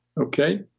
Okay